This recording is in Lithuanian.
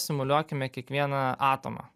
simuliuokime kiekvieną atomą